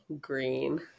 green